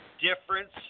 difference